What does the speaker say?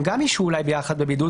הם גם אולי ישהו ביחד בבידוד.